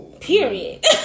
Period